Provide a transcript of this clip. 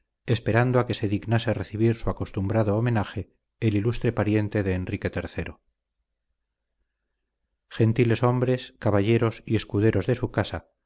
esperando a que se dignase recibir su acostumbrado homenaje el ilustre pariente de enrique iii gentileshombres caballeros y escuderos de su casa